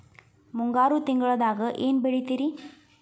ಮುಂಗಾರು ತಿಂಗಳದಾಗ ಏನ್ ಬೆಳಿತಿರಿ?